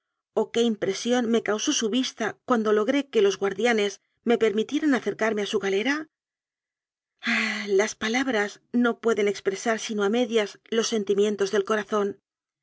o qué impresión me causó su vista cuando logré que los guardianes me permitieran acércame a su galera ah las palabras no pueden expre sar sino a medias los sentimientos del corazón